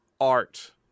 art